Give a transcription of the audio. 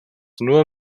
nur